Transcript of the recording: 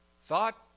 thought